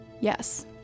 yes